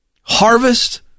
harvest